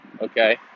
okay